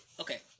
okay